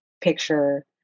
picture